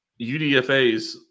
UDFAs